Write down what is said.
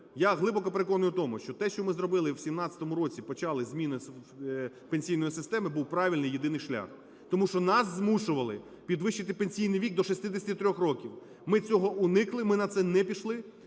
я глибоко переконаний в тому, що те, що ми зробили в 17-му році, почали зміни пенсійної системи, – був правильний єдиний шлях. Тому що нас змушували підвищити пенсійний вік до 63 років. Ми цього уникли, ми на це не пішли.